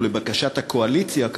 ולבקשת הקואליציה,